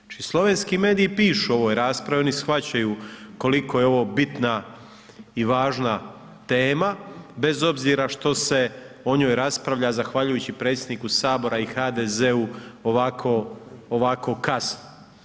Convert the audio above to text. Znači, slovenski mediji pišu o ovoj raspravi oni shvaćaju koliko je ovo bitna i važna tema bez obzira što se o njoj raspravlja zahvaljujući predsjedniku sabora i HDZ-u ovako, ovako kasno.